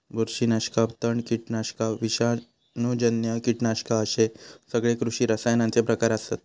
बुरशीनाशका, तण, कीटकनाशका, विषाणूजन्य कीटकनाशका अश्ये सगळे कृषी रसायनांचे प्रकार आसत